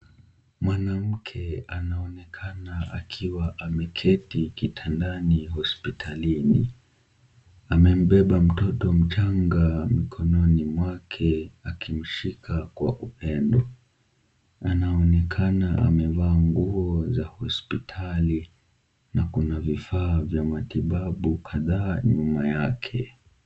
Mwanamke anaonekana akiwa ameketi kitandani hospitalini. Amembeba mtoto mchanga mkononi mwake, akimshika kwa upendo. Anaonekana amevaa nguo za hospitali na kuna vifaa vya matibabu kadhaa nyuma yake.